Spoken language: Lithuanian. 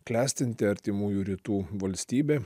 klestinti artimųjų rytų valstybė